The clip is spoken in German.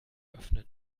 öffnen